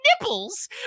nipples